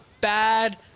bad